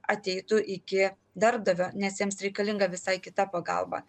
ateitų iki darbdavio nes jiems reikalinga visai kita pagalba